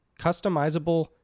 customizable